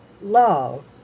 love